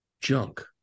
junk